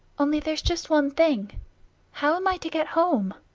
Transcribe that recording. only there's just one thing how am i to get home?